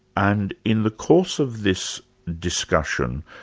and in the course of this discussion,